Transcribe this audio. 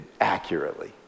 accurately